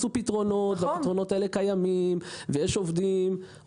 אלא מצאנו פתרונות שכבר קיימים.